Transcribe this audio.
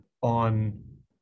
on